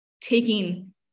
taking